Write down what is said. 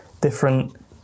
different